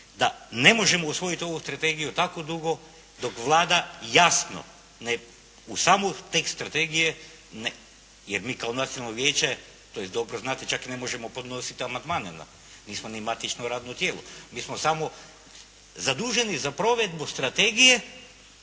da ne možemo usvojiti ovu strategiju tako dugo dok Vlada jasno ne, u samu tekst strategije jer mi kao Nacionalno vijeće tj. dobro znate čak ni ne možemo podnositi amandmane na, nismo ni matično radno tijelo. Mi smo samo zaduženi za provedbu strategije